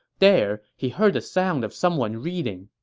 there, he heard the sound of someone reading.